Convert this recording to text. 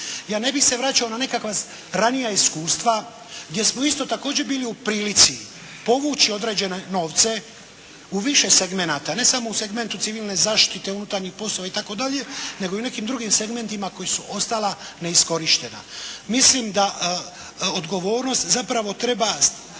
Ja ne bih se vraćao na nekakva ranija iskustva gdje smo isto također bili u prilici povući određene novce u više segmenata, ne samo u segmentu civilne zaštite, unutarnjih poslova itd. nego i u nekim drugim segmentima koji su ostali neiskorišteni. Mislim da odgovornost zapravo treba